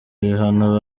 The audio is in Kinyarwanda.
ibihano